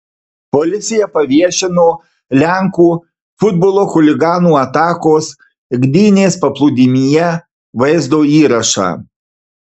policija paviešino lenkų futbolo chuliganų atakos gdynės paplūdimyje vaizdo įrašą